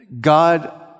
God